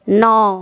नौ